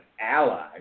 ally